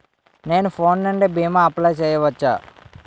నేను ఫోన్ నుండి భీమా అప్లయ్ చేయవచ్చా?